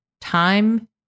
time